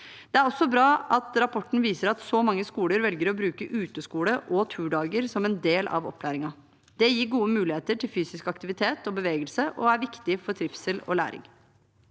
Det er også bra at rapporten viser at så mange skoler velger å bruke uteskole og turdager som en del av opplæringen. Det gir gode muligheter til fysisk aktivitet og bevegelse og er viktig for trivsel og læring.